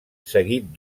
seguit